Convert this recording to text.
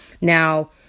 now